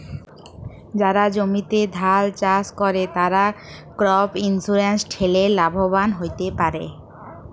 যারা জমিতে ধাল চাস করে, তারা ক্রপ ইন্সুরেন্স ঠেলে লাভবান হ্যতে পারে